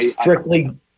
strictly